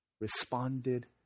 responded